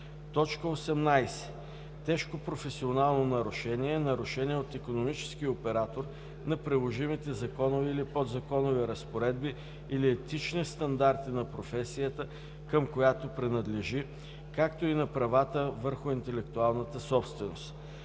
18. „Тежко професионално нарушение“ е нарушение от икономически оператор на приложимите законови или подзаконови разпоредби или етични стандарти на професията, към която принадлежи, както и на правата върху интелектуалната собственост.